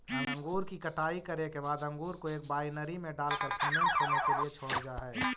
अंगूर की कटाई करे के बाद अंगूर को एक वायनरी में डालकर फर्मेंट होने के लिए छोड़ल जा हई